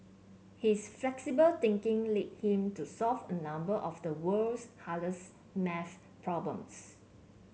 his flexible thinking led him to solve a number of the world's hardest math problems